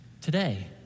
Today